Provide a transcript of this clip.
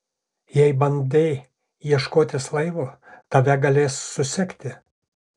jei bandei ieškotis laivo tave galės susekti